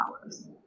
dollars